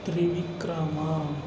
Trivikrama